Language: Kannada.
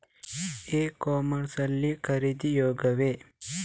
ಇ ಕಾಮರ್ಸ್ ಲ್ಲಿ ಖರೀದಿ ಯೋಗ್ಯವೇ?